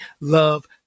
love